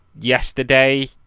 yesterday